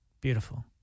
Beautiful